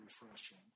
refreshing